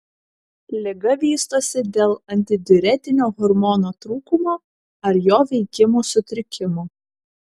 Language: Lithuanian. liga vystosi dėl antidiuretinio hormono trūkumo ar jo veikimo sutrikimo